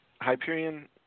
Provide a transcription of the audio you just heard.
Hyperion